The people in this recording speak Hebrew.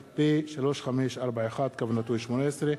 פ/3541/18.